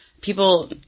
People